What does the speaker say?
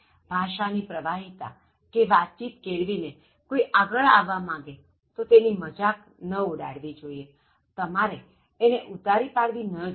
ભાષા ની પ્રવાહિતા કે વાતચીત કેળવી ને કોઇ આગળ આવવા માગે તો તેની મજાક ન ઉડાડવી જોઇએ તમારે એને ઉતારી ન પાડવી જોઇએ